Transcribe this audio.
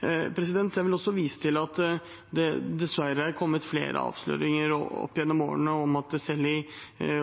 Jeg vil også vise til at det dessverre er kommet flere avsløringer opp gjennom årene om at selv i